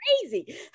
Crazy